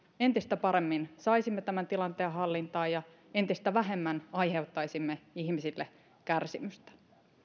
entistä paremmin saisimme tämän tilanteen hallintaan ja entistä vähemmän aiheuttaisimme ihmisille kärsimystä